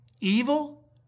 Evil